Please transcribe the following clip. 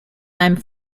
einem